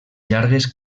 llargues